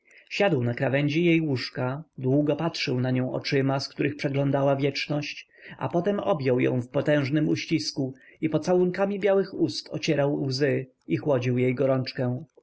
siadł na krawędzi jej łóżka długo patrzył na nią oczyma z których przeglądała wieczność a potem objął ją w potężnym uścisku i pocałunkami białych ust ocierał łzy i chłodził jej gorączkę